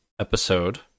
episode